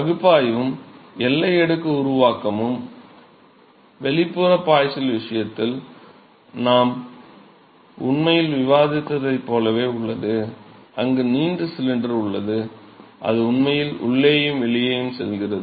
பகுப்பாய்வும் எல்லை அடுக்கு உருவாக்கமும் வெளிப்புற பாய்ச்சல் விஷயத்தில் நாம் உண்மையில் விவாதித்ததைப் போலவே உள்ளது அங்கு நீண்ட சிலிண்டர் உள்ளது அது உண்மையில் உள்ளேயும் வெளியேயும் செல்கிறது